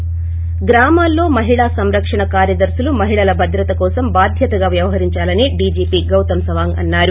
థి గ్రామాల్లో మహిళా సంరక్షణ కార్యదర్పులు మహిళల భద్రత కోసం బాధ్యతగా వ్వవహరించాలని డీజీపీ గౌతమ్ సవాంగ్ అన్నా రు